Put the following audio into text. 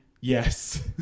Yes